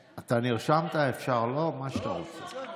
זה אפשרי, לראות את סדר הדוברים.